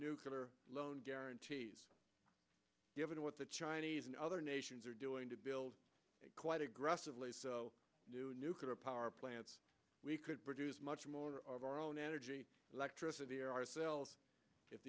nuclear loan guarantees given what the chinese and other nations are doing to build quite aggressively new nuclear power plants we could produce much more of our own energy electricity ourselves if